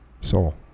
soul